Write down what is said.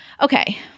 okay